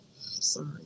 Sorry